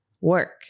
work